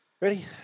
Ready